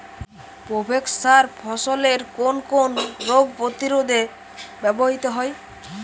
Provex সার ফসলের কোন কোন রোগ প্রতিরোধে ব্যবহৃত হয়?